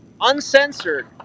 uncensored